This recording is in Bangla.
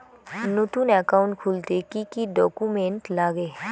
নতুন একাউন্ট খুলতে কি কি ডকুমেন্ট লাগে?